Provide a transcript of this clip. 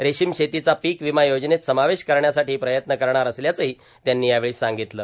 रेशीम शेतीचा पीक र्ववमा योजनेत समावेश करण्यासाठां प्रयत्न करणार असल्याचंही त्यांनी यावेळी सांगगतलं